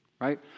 Right